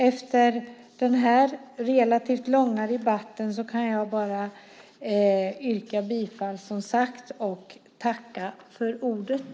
Efter den här relativt långa debatten kan jag bara yrka bifall till förslaget och tacka för ordet.